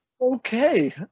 okay